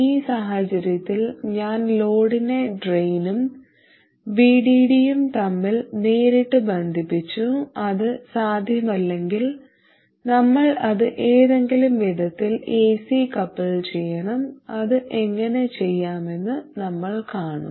ഈ സാഹചര്യത്തിൽ ഞാൻ ലോഡിനെ ഡ്രെയിനും VDD യും തമ്മിൽ നേരിട്ട് ബന്ധിപ്പിച്ചു അത് സാധ്യമല്ലെങ്കിൽ നമ്മൾ അത് ഏതെങ്കിലും വിധത്തിൽ എസി കപ്പിൾ ചെയ്യണം അത് എങ്ങനെ ചെയ്യാമെന്ന് നമ്മൾ കാണും